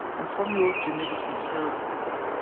and from your genetic inheritance.